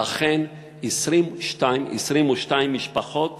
ואכן 22 משפחות